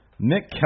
Nick